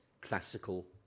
classical